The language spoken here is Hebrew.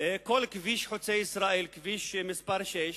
כל כביש חוצה-ישראל, כביש מס' 6,